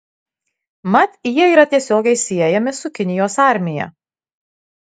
mat jie yra tiesiogiai siejami su kinijos armija